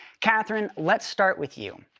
catherine, let's start with you.